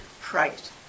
price